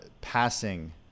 passing